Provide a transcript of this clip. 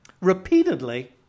repeatedly